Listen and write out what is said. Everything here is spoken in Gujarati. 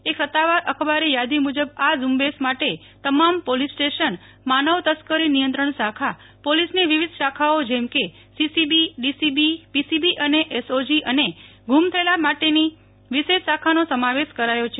એક સત્તાવાર અખબારી યાદી મુજબ આ ઝુંબેશ માટે તમામ પોલીસ સ્ટેશન માનવ તસ્કરી નિયંત્રણ શાખા પોલીસની વિવિધ શાળાઓ જેમ કે સીસીબી ડીસીબી પીસીબી અને એસઓજી અને ગુમ થયેલા માટેની વિશેષ શાખાનો સમાવેશ કરાયો છે